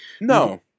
No